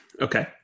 Okay